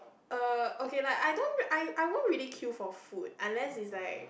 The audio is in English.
err okay like I don't I I won't really queue for food unless is like